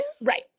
right